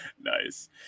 Nice